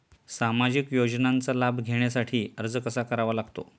सामाजिक योजनांचा लाभ घेण्यासाठी अर्ज कसा करावा लागतो?